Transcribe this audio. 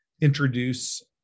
introduce